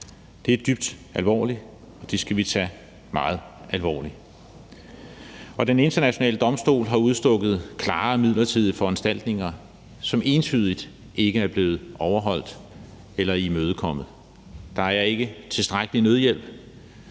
Det er dybt alvorligt, og det skal vi tage meget alvorligt. Den Internationale Domstol har udstukket klare midlertidige foranstaltninger, som entydigt ikke er blevet overholdt eller imødekommet. Der er ikke tilstrækkelig nødhjælp,